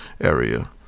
area